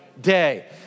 day